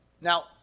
Now